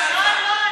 לא לא,